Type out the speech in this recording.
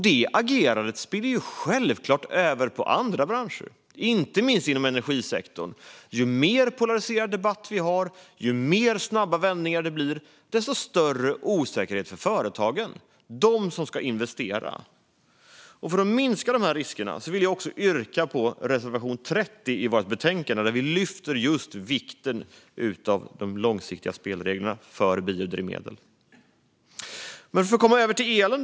Det agerandet spiller självklart över också på andra branscher, inte minst inom energisektorn. Ju mer polariserad debatt vi har och ju fler snabba vändningar det blir, desto större osäkerhet blir det för företagen, de som ska investera. För att minska de riskerna vill jag yrka bifall till reservation 30 i betänkandet. Där lyfter vi upp just vikten av långsiktiga spelregler för biodrivmedel. Jag går över till elen.